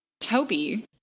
Toby